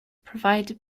provide